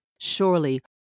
Surely